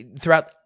throughout